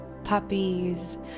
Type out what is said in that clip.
puppies